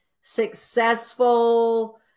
successful